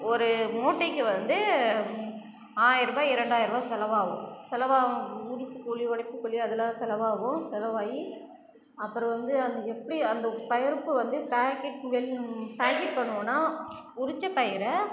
ஒரு மூட்டைக்கு வந்து ஆயிரம் ரூபாய் இரண்டாயிரம் ரூபாய் செலவாவும் செலவாவும் உரிப்பு கூலி உடைப்பு கூலி அதுலாம் செலவாகும் செலவாகி அப்புறம் வந்து அது எப்படி அந்த பருப்பு வந்து பாக்கெட் வெள்ள பாக்கெட் பண்ணுவோனா உரித்த பயிரை